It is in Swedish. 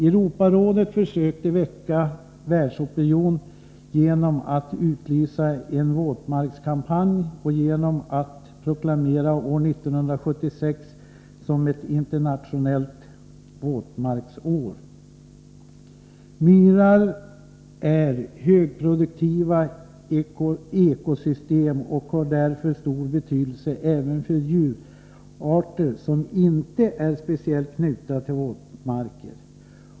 Europarådet försökte väcka världsopinionen genom att utlysa en våtmarkskampanj och genom att proklamera år 1976 som ett internationellt våtmarksår. Myrar är högproduktiva ekosystem och har därför stor betydelse även för djurarter som inte är speciellt knutna till våtmarker.